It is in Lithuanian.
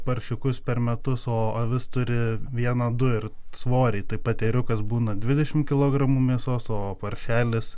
paršiukus per metus o avis turi vieną du ir svoriai tai pat ėriukas būna dvidešimt kilogramų mėsos o paršelis